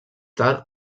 tard